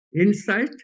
insight